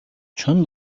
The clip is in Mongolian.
чоно